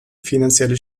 finanzielle